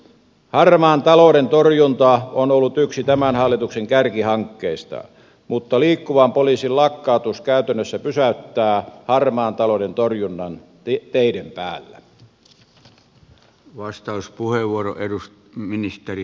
harmaan talouden torjunta on ollut yksi tämän hallituksen kärkihankkeista mutta liikkuvan poliisin lakkautus käytännössä pysäyttää harmaan talouden torjunnan teiden päällä